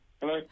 Hello